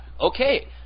okay